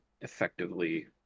effectively